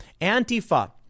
Antifa